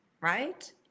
right